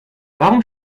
warum